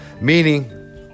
Meaning